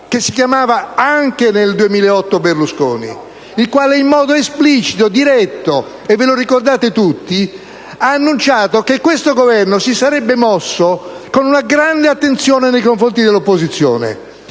che si chiamava, anche nel 2008, Silvio Berlusconi. Berlusconi, in modo esplicito e diretto, lo ricordate tutti, ha annunciato che questo Governo si sarebbe mosso con una grande attenzione nei confronti dell'opposizione